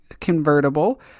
convertible